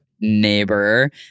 neighbor